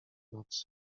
nocy